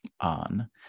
on